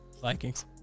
Vikings